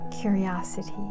curiosity